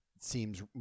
seems